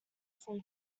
from